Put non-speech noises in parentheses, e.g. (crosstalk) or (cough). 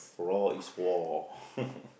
raw is war (laughs)